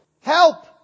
help